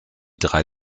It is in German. drei